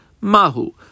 Mahu